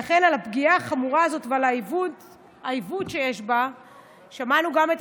על פגיעה החמורה הזאת ועל העיוות שיש בה שמענו גם את